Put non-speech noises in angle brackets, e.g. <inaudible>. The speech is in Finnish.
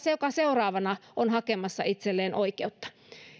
<unintelligible> se joka seuraavana on hakemassa itselleen oikeutta